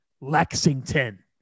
Lexington